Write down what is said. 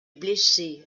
blessé